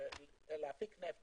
להפיק נפט,